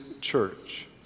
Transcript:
Church